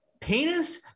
penis